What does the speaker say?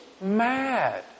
mad